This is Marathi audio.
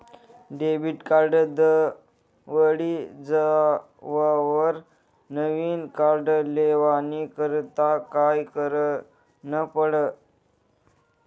डेबिट कार्ड दवडी जावावर नविन कार्ड लेवानी करता काय करनं पडी?